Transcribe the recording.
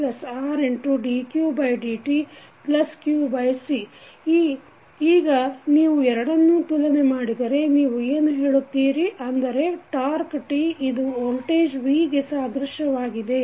VLd2qdt2RdqdtqC ಈಗ ನೀವು ಎರಡನ್ನೂ ತುಲನೆ ಮಾಡಿದರೆ ನೀವು ಏನು ಹೇಳುತ್ತೀರಿ ಅಂದರೆ ಟಾಕ್೯ T ಇದು ವೋಲ್ಟೇಜ್ V ಗೆ ಸಾದೃಶ್ಯವಾಗಿದೆ